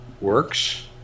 works